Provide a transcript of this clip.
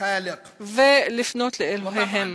מחשבותיהם ולפנות לאלוהיהם.